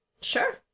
Sure